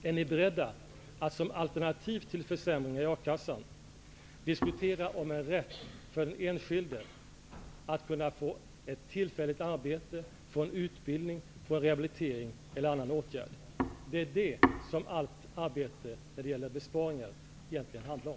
Är ni beredda att som alternativ till försämringar i A-kassan diskutera frågan om den enskildes rätt att få ett tillfälligt arbete, att få utbildning eller rehabilitering eller att bli föremål för annan åtgärd? Det är det som allt arbete när det gäller besparingar egentligen handlar om.